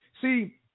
See